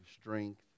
strength